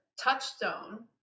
touchstone